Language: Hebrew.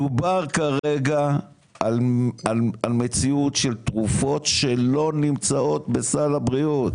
מדובר כרגע על מציאות של תרופות שלא נמצאות בסל הבריאות,